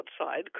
outside